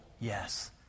Yes